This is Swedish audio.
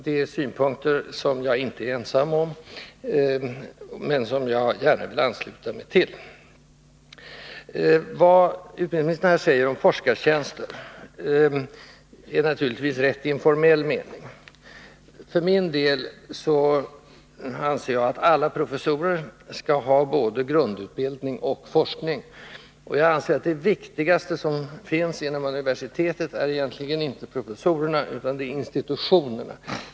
Det är synpunkter som kommit till uttryck och som jag gärna vill ansluta mig till. Vad utbildningsministern här säger om forskartjänster är naturligtvis rätt i formell mening. För min del anser jag att alla professorer skall svara för både grundutbildning och forskning. Det viktigaste inom universiteten är egentligen inte professorerna utan institutionerna.